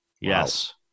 yes